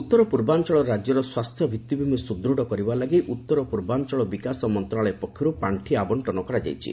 ଉତ୍ତର ପୂର୍ବାଞ୍ଚଳ ରାଜ୍ୟର ସ୍ୱାସ୍ଥ୍ୟ ଭିତ୍ତିଭୂମି ସୁଦୂତ୍ କରିବା ଲାଗି ଉତ୍ତର ପୂର୍ବାୟଚଳ ବିକାଶ ମନ୍ତ୍ରଣାଳୟ ପକ୍ଷରୁ ପାଣ୍ଠି ଆବଶ୍ଚନ କରାଯାଇଛି